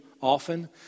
often